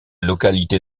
localité